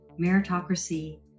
meritocracy